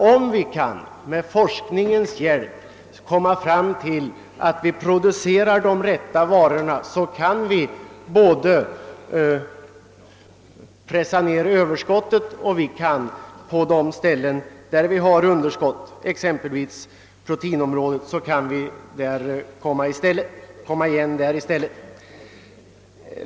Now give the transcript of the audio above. Om vi med forskningens hjälp kan få fram en produktion av de rätta sorterna, så kan vi pressa ned överskottet på brödsäd genom att öka odlingen på de områden där vi har underskott, exempelvis på proteinområdet.